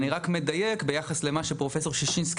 אני רק מדייק: ביחס למה שפרופסור ששינסקי